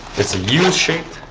it's a u-shaped